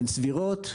הן סבירות.